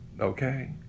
Okay